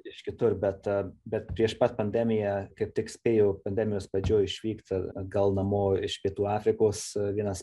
iš kitur bet bet prieš pat pandemiją kaip tik spėjau pandemijos pradžioj išvykt atgal namo iš pietų afrikos vienas